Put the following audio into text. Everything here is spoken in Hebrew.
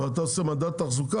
הרי אתה עושה מדד תחזוקה,